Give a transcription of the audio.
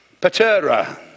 patera